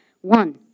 One